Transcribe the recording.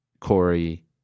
Corey